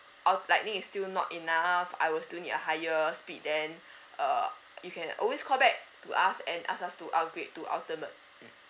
our lightning not enough I will still need a higher speed then err you can always call back to us and ask us to upgrade to ultimate mm